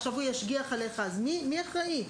עכשיו הוא ישגיח עליך מי אחראי?